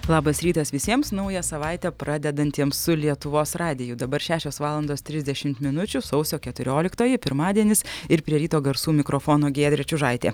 labas rytas visiems naują savaitę pradedantiems su lietuvos radiju dabar šešios valandos trisdešimt minučių sausio keturioliktoji pirmadienis ir prie ryto garsų mikrofono giedrė čiužaitė